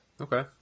Okay